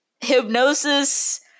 Hypnosis